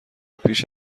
پیش